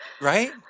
Right